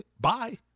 bye